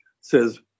says